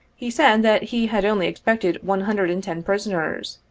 he said that he had only expected one hundred and ten prisoners,